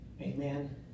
amen